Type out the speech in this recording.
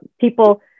people